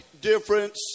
difference